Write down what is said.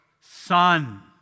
Son